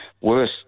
Worse